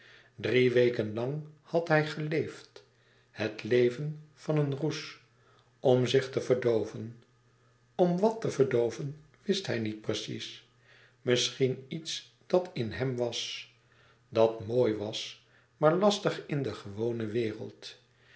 drie weken lang had hij geleefd het leven van een roes om zich te verdooven om wàt te verdooven wist hij niet precies misschien iets dat in hem was dat mooi was maar lastig in de gewone wereld